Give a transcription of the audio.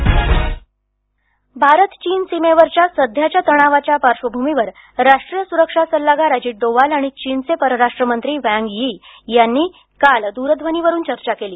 भारत चीन भारत चीन सीमेवरच्या सध्याच्या तणावाच्या पार्श्वभूमीवर राष्ट्रीय सुरक्षा सल्लागार अजित डोवाल आणि चीनचे परराष्ट्र मंत्री वांग यी यांनी काल दूरध्वनीवरून चर्चा केली